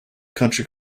country